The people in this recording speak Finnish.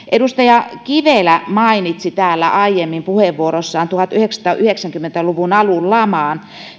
edustaja kivelä mainitsi täällä aiemmin puheenvuorossaan tuhatyhdeksänsataayhdeksänkymmentä luvun alun laman